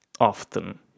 often